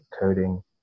coding